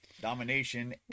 Domination